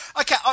Okay